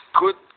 good